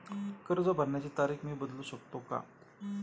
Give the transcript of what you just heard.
कर्ज भरण्याची तारीख मी बदलू शकतो का?